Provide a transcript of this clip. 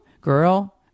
girl